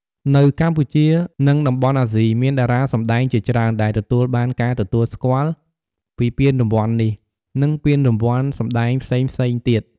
នៅកម្ពុជា និងតំបន់អាស៊ី មានតារាសម្តែងជាច្រើនដែលទទួលបានការទទួលស្គាល់ពីពានរង្វាន់នេះ និងពានរង្វាន់សម្តែងផ្សេងៗទៀត។